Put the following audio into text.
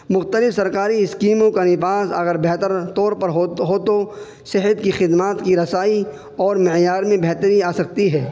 مختلف سرکاری اسکیموں کا نفاد اگر بہتر طور ہو ہو تو صحت کی خدمات کی رسائی اور معیار میں بہتری آ سکتی ہے